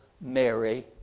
Mary